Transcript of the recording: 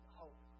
hope